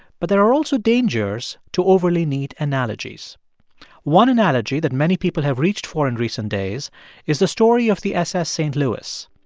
but there are also dangers to overly neat analogies one analogy that many people have reached for in recent days is the story of the ss st. louis.